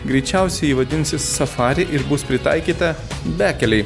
greičiausiai ji vadinsis safari ir bus pritaikyta bekelei